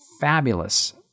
fabulous